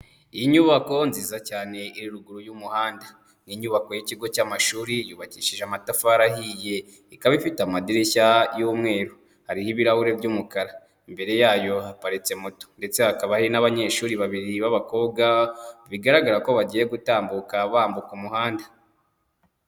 Iyi nyubako nziza cyane iri ruguru y'umuhanda. Ni inyubako y'ikigo cy'amashuri yubakishije amatafari ahiye, ikaba ifite amadirishya y'umweru hariho ibirahuri by'umukara; imbere yayo haparitse moto ndetse hakaba hari n'abanyeshuri babiri b'abakobwa, bigaragara ko bagiye gutambuka bambuka umuhanda.